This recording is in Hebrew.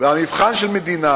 והמבחן של מדינה,